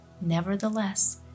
Nevertheless